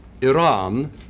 Iran